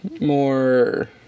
more